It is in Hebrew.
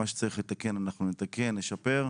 מה שצריך לתקן אנחנו נתקן, נשפר.